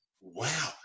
wow